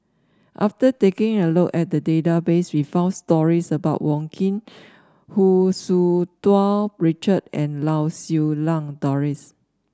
after taking a look at the database we found stories about Wong Keen Hu Tsu Tau Richard and Lau Siew Lang Doris